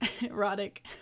erotic